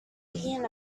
ian